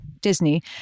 Disney